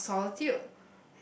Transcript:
or solitude